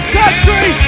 country